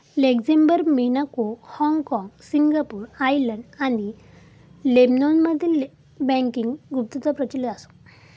Luxembourg, Monaco, हाँगकाँग, Singapore, Ireland आणि लेबनॉनमध्ये बँकिंग गुप्तता प्रचलित असा